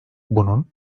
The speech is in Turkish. bunun